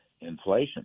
inflation